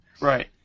Right